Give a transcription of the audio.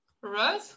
Right